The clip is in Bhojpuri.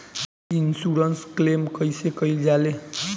इन्शुरन्स क्लेम कइसे कइल जा ले?